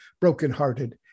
brokenhearted